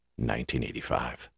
1985